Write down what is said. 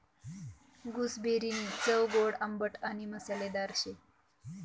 गूसबेरीनी चव गोड आणि आंबट मसालेदार शे